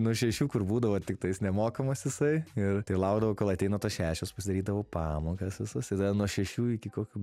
nuo šešių kur būdavo tiktais nemokamas jisai ir laukdavau kol ateina tos šešios pasidarydavau pamokas visas ir tada nuo šešių iki kokių